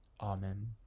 Amen